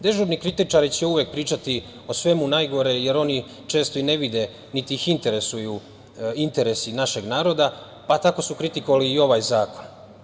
Dežurni kritičari će uvek pričati o svemu najgore, jer oni često i ne vide, niti ih interesuju interesi našeg naroda, pa, tako su kritikovali i ovaj zakon.